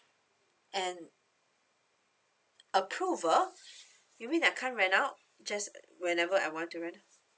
and approval you mean I can't rent out just whenever I want to rent